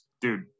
dude